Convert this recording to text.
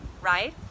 right